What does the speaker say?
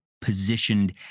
positioned